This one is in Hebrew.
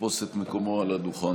יתפוס את מקומו על הדוכן.